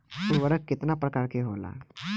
उर्वरक केतना प्रकार के होला?